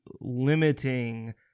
limiting